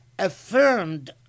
affirmed